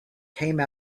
came